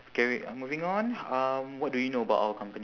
carry uh moving on um what do you know about our company